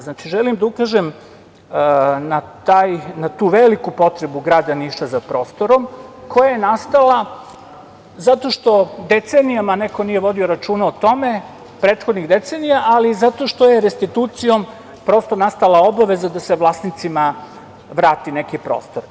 Znači, želim da ukažem na tu veliku potrebu grada Niša za prostorom koja je nastala zato što decenijama neko nije vodio računa o tome prethodnih decenija, ali i zato što je restitucijom nastala obaveza da se vlasnicima vrati neki prostor.